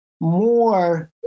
more